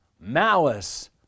malice